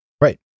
Right